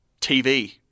TV